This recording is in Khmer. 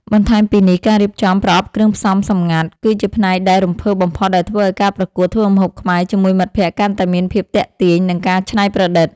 បន្ថែមពីនេះ ការរៀបចំ ប្រអប់គ្រឿងផ្សំសម្ងាត់ គឺជាផ្នែកដែលរំភើបបំផុតដែលធ្វើឱ្យការប្រកួតធ្វើម្ហូបខ្មែរជាមួយមិត្តភក្តិកាន់តែមានភាពទាក់ទាញ និងការច្នៃប្រឌិត។